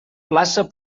plaça